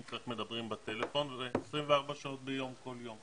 אם צריך, מדברים בטלפון, וזה 24 שעות ביום כל יום.